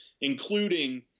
including